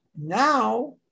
Now